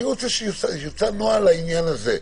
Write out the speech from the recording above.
אני רוצה שיוצג נוהל לעניין הזה.